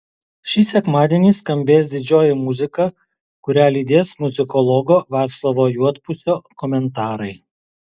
šį sekmadienį skambės didžioji muzika kurią lydės muzikologo vaclovo juodpusio komentarai